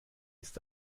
ist